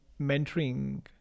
mentoring